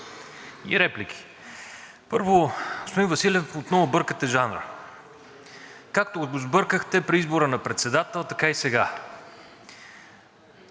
и реплики. Първо, господин Василев, отново бъркате жанра. Както го сбъркахте при избора на председател, така и сега.